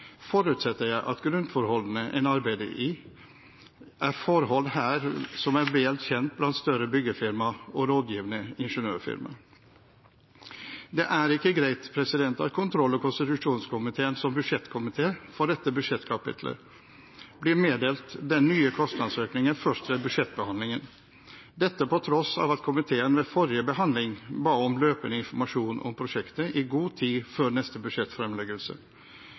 forutsetter jeg at grunnforholdene en arbeider i, er forhold som er vel kjent blant større byggefirma og rådgivende ingeniørfirma. Det er ikke greit at kontroll- og konstitusjonskomiteen, som budsjettkomité for dette budsjettkapittelet, blir meddelt den nye kostnadsøkningen først ved budsjettbehandlingen, dette på tross av at komiteen ved forrige behandling ba om løpende informasjon om prosjektet i god tid før neste budsjettfremleggelse.